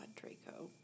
Draco